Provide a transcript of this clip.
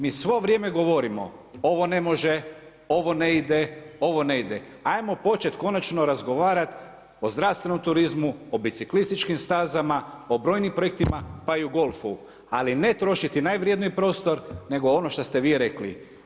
Mi svo vrijeme govorimo ovo ne može, ovo ne ide, ovo ne ide, ajmo početi konačno razgovarati, o zdravstvenom turizmu o biciklističkim stazama, o brojnim projektima pa i o golfu, a ne trošiti najuredniji prostor nego ono što ste vi rekli.